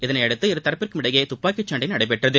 இதனையடுத்து இருதரப்பிற்கும் இடையே துப்பாக்கிச்சண்டை நடைபெற்றது